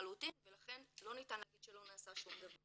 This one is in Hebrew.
לחלוטין ולכן לא ניתן להגיד שלא נעשה שום דבר.